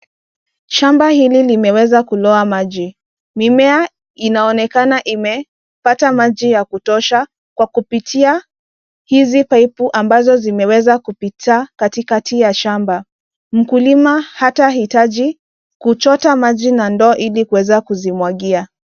Shamba hili limeweza kuloa maji, mimea inaonekana imepata maji ya kutosha kwa kupitia hizi pipe ambazo zimeweza kupita katikati ya shamba. Mkulima hataitaji kuchota maji na ndoo ili kuweza kuzimwagia.